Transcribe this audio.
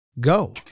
Go